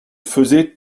faisait